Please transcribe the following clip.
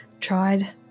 Tried